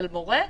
של מורה,